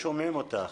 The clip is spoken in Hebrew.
שומע אותנו?